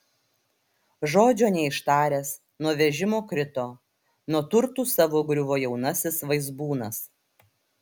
žodžio neištaręs nuo vežimo krito nuo turtų savo griuvo jaunasis vaizbūnas